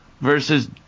versus